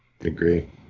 agree